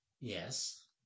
Yes